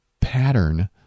pattern